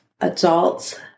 adults